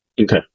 okay